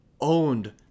owned